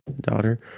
daughter